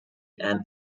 and